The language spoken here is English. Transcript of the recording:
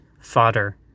fodder